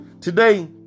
Today